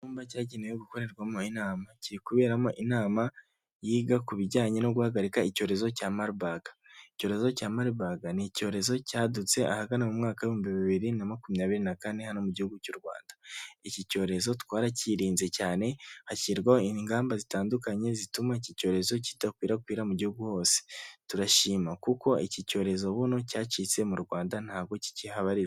Icyumba cyagenewe gukorerwamo inama kiri kubera inama yiga ku bijyanye no guhagarika icyorezo cya maribage. icyorezo cya maribage ni icyorezo cyadutse ahagana mu mwaka ibihumbi bibiri na makumyabiri na kane hano mu gihugu cy'u Rwanda iki cyorezo twarakirinze cyane hashyirwaho ingamba zitandukanye zituma iki cyorezo kidakwirakwira mu gihugu hose. Turashima kuko iki cyorezo ubu cyacitse mu Rwanda ntabwo kikihabarizwa.